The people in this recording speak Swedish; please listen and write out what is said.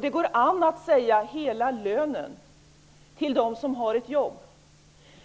Det går an att säga ''hela lönen'' till dem som har ett jobb,